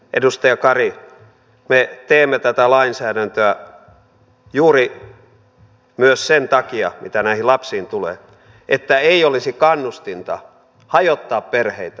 edustaja kari me teemme tätä lainsäädäntöä juuri myös sen takia mitä näihin lapsiin tulee että ei olisi kannustinta hajottaa perheitä